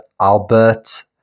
Albert